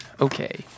Okay